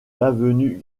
l’avenue